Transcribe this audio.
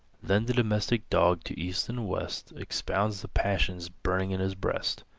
then the domestic dog, to east and west, expounds the passions burning in his breast.